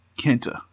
Kenta